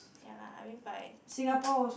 ya lah I mean but I